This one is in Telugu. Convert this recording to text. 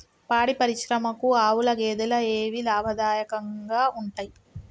పాడి పరిశ్రమకు ఆవుల, గేదెల ఏవి లాభదాయకంగా ఉంటయ్?